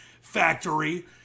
factory